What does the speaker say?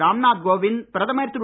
ராம்நாத் கோவிந்த் பிரதமர் திரு